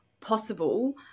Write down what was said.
possible